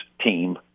team